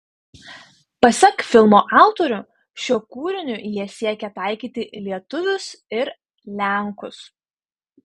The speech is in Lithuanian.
pasak filmo autorių šiuo kūriniu jie siekė taikyti lietuvius ir lenkus